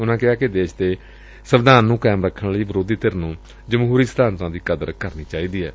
ਉਨਾ ਕਿਹਾ ਕਿ ਦੇਸ਼ ਦੇ ਸੰਵਿਧਾਨ ਨੂੰ ਕਾਇਮ ਰੱਖਣ ਲਈ ਵਿਰੋਧੀ ਧਿਰ ਨੂੰ ਜਮਹੂਰੀ ਸਿਧਾਂਤਾਂ ਦੀ ਕਦਰ ਕਰਨੀ ਚਾਹੀਦੀ ਏ